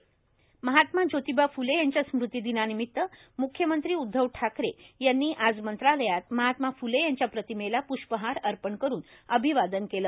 ज्योतीबा फ्ले महात्मा ज्योतिबा फुले यांच्या स्मृतीदिनानिमित्त मुख्यमंत्री उदधव ठाकरे यांनी आज मंत्रालयात महात्मा फ्ले यांच्या प्रतिमेला प्ष्पहार अर्पण करून अभिवादन केल